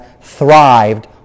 thrived